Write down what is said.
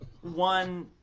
one